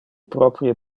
proprie